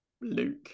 Luke